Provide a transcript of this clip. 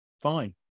fine